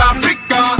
Africa